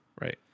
Right